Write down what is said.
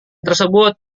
tersebut